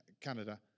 Canada